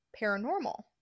paranormal